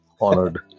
Honored